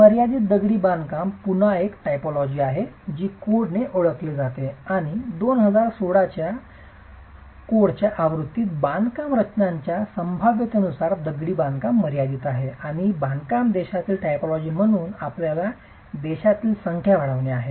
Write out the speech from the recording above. मर्यादित दगडी बांधकाम आज पुन्हा एक टायपोलॉजी आहे जी कोडने ओळखली आहे आणि 2016 कोडच्या आवृत्तीत बांधकाम रचनांच्या संभाव्यतेनुसार दगडी बांधकाम मर्यादित आहे आणि बांधकाम देशातील टायपोलॉजी म्हणून आपल्या देशातील संख्या वाढविण्यासारखे आहे